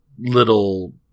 little